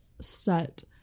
set